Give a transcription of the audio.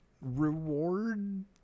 reward